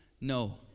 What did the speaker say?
No